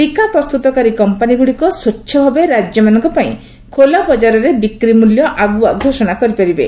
ଟିକା ପ୍ରସ୍ତୁତକାରୀ କମ୍ପାନିଗୁଡ଼ିକ ସ୍ପଚ୍ଛଭାବେ ରାଜ୍ୟମାନଙ୍କ ପାଇଁ ଖୋଲାବଜାରରେ ବିକ୍ରି ମୂଲ୍ୟ ଆଗୁଆ ଘୋଷଣା କରିପାରିବେ